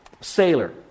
sailor